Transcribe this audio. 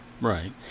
Right